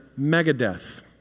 Megadeth